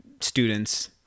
students